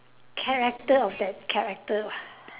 character of that character [what]